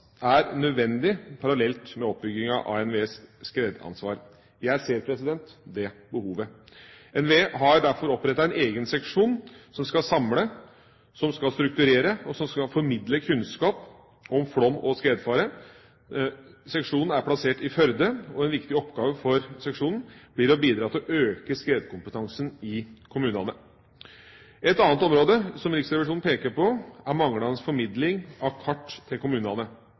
er nødvendig, parallelt med oppbygginga av NVEs skredansvar. Jeg ser det behovet. NVE har derfor opprettet en egen seksjon som skal samle, som skal strukturere, og som skal formidle kunnskap om flom og skredfare. Seksjonen er plassert i Førde, og en viktig oppgave for seksjonen blir å bidra til å øke skredkompetansen i kommunene. Et annet område som Riksrevisjonen peker på, er manglende formidling av kart til kommunene,